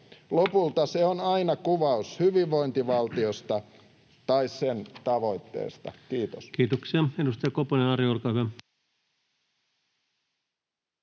koputtaa] se on aina kuvaus hyvinvointivaltiosta tai sen tavoitteesta. — Kiitos. Kiitoksia. — Edustaja Koponen, Ari, olkaa hyvä.